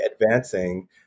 advancing